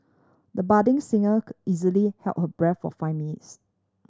the budding singer easily held her breath for five minutes